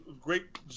great